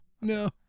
no